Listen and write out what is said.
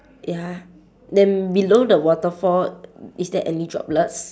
ya then below the waterfall is there any droplets